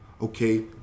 Okay